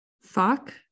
fuck